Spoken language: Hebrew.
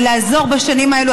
ולעזור בשנים האלה,